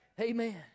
Amen